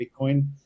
Bitcoin